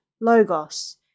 Logos